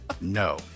No